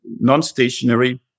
non-stationary